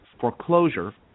foreclosure